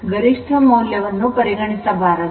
ಗರಿಷ್ಠ ಮೌಲ್ಯವನ್ನು ಪರಿಗಣಿಸಬಾರದು